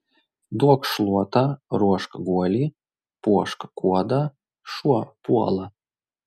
duok šluotą ruošk guolį puošk kuodą šuo puola